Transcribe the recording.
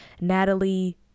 natalie